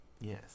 Yes